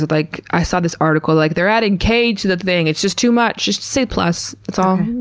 like i saw this article, like, they're adding k to the thing. it's just too much. just say plus. it's um